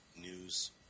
news